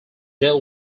deal